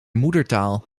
moedertaal